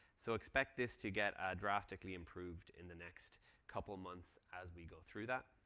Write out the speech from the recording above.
so expect this to get ah drastically improved in the next couple months as we go through that.